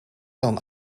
dan